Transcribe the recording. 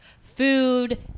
food